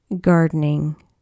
gardening